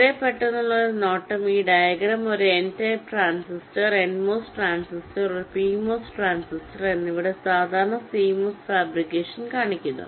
വളരെ പെട്ടെന്നുള്ള ഒരു നോട്ടം ഈ ഡയഗ്രം ഒരു N type transistor NMOS transistor ഒരു PMOS ട്രാൻസിസ്റ്റർ എന്നിവയുടെ സാധാരണ CMOS ഫാബ്രിക്കേഷൻ കാണിക്കുന്നു